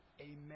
Amen